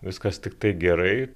viskas tiktai gerai